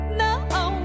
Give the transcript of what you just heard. no